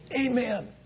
Amen